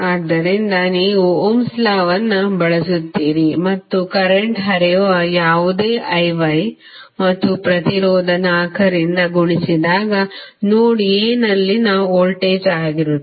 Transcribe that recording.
ಆದ್ದರಿಂದ ನೀವು ಓಮ್ಸ್ ಲಾವನ್ನುOhms law ಬಳಸುತ್ತೀರಿ ಮತ್ತು ಕರೆಂಟ್ ಹರಿಯುವ ಯಾವುದೇ IY ಮತ್ತು ಪ್ರತಿರೋಧ 4 ರಿಂದ ಗುಣಿಸಿದಾಗ ನೋಡ್ A ನಲ್ಲಿನ ವೋಲ್ಟೇಜ್ ಆಗಿರುತ್ತದೆ